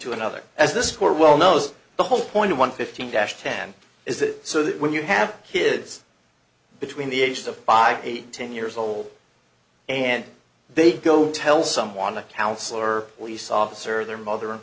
to another as this were well knows the whole point of one fifteen dash ten is that so that when you have kids between the ages of five eight ten years old and they go tell someone a counselor police officer their mother and